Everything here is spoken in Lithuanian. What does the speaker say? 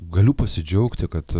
galiu pasidžiaugti kad